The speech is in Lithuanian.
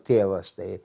tėvas tai